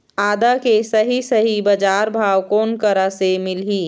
आदा के सही सही बजार भाव कोन करा से मिलही?